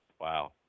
Wow